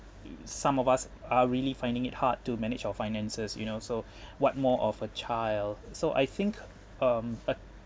some of us are really finding it hard to manage our finances you know so what more of a child so I think um but